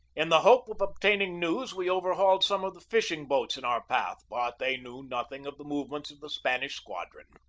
in the hope of obtaining news we overhauled some of the fishing-boats in our path, but they knew nothing of the movements of the spanish squadron.